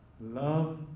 Love